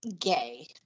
gay